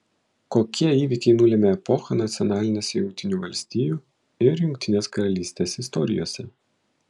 kokie įvykiai nulėmė epochą nacionalinėse jungtinių valstijų ir jungtinės karalystės istorijose